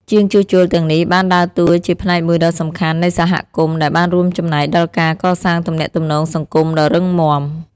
ជាងជួសជុលទាំងនេះបានដើរតួជាផ្នែកមួយដ៏សំខាន់នៃសហគមន៍ដែលបានរួមចំណែកដល់ការកសាងទំនាក់ទំនងសង្គមដ៏រឹងមាំ។